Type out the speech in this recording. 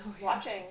Watching